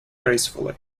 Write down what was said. gracefully